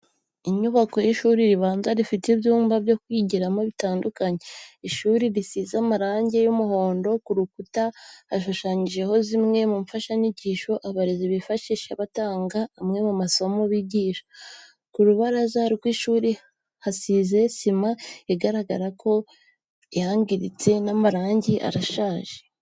Inyubako y'ishuri ribanza rifite ibyumba byo kwigiramo bitandukanye, ishuri risize amarangi y'umuhondo, ku rukura hashushanyijeho zimwe mu mfashanyigisho abarezi bifashisha batanga amwe mu masomo bigisha. Ku rubaraza rw'ishuri hasize sima igaragara ko yangiritse n'amarangi arashaje.